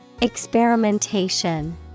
Experimentation